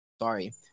sorry